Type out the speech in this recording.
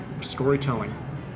storytelling